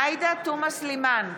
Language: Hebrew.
עאידה תומא סלימאן,